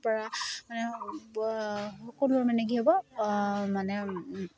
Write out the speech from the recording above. পৰা মানে সকলোৰ মানে কি হ'ব মানে